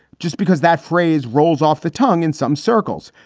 just because that phrase rolls off the tongue in some circles.